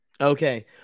Okay